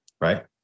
right